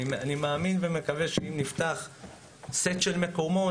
אני מאמין ומקווה שאם נפתח סט של מקומות,